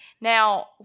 now